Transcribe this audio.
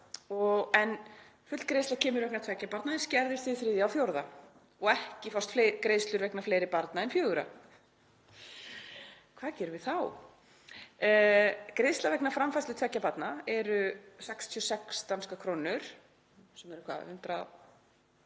Full greiðsla kemur vegna tveggja barna en skerðist við þriðja og fjórða barn og ekki fást greiðslur vegna fleiri barna en fjögurra. Hvað gerum við þá? Greiðslur vegna framfærslu tveggja barna eru 66 danskar krónur — sem eru þá hvað? 1.320